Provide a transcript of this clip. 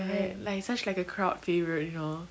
right like such like a crowd favourite you know